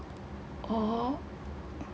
oh